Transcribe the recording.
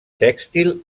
tèxtil